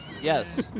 Yes